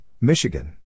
Michigan